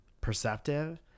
perceptive